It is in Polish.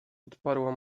odparła